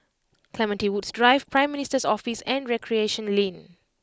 Clementi Woods Drive Prime Minister's Office and Recreation Lane